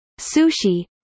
sushi